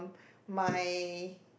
my